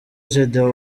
gedeon